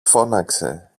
φώναξε